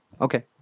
okay